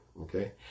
okay